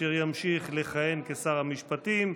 אשר ימשיך לכהן כשר המשפטים.